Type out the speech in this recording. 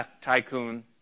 tycoon